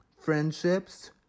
friendships